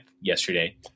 yesterday